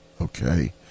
Okay